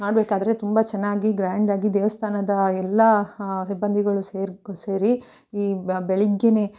ಮಾಡಬೇಕಾದ್ರೆ ತುಂಬ ಚೆನ್ನಾಗಿ ಗ್ರ್ಯಾಂಡಾಗಿ ದೇವಸ್ಥಾನದ ಎಲ್ಲ ಸಿಬ್ಬಂದಿಗಳು ಸೇರಿ ಸೇರಿ ಈ ಬ್ ಬೆಳಗ್ಗೇಯೇ